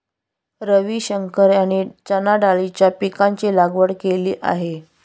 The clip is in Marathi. रविशंकर यांनी चणाडाळीच्या पीकाची लागवड केली आहे